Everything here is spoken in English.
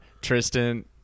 Tristan